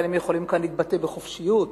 לכן הם יכולים להתבטא פה בחופשיות,